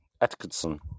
Atkinson